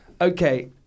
okay